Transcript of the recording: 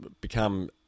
become